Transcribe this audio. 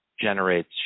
generates